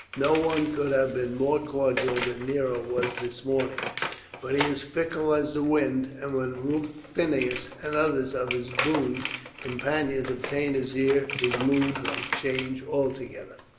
no one could have been more cordial than nero was this morning but he is fickle as the wind, and when rufinus and others of his boon companions obtain his ear his mood may change altogether.